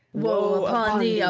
woe upon thee,